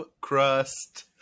Crust